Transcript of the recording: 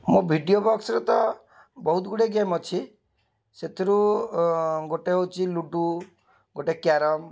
ମୋ ଭିଡ଼ିଓ ବକ୍ସ୍ରେ ତ ବହୁତଗୁଡ଼ିଏ ଗେମ୍ ଅଛି ସେଥିରୁ ଗୋଟେ ହେଉଛି ଲୁଡ଼ୁ ଗୋଟେ କ୍ୟାରମ୍